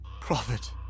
Prophet